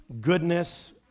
goodness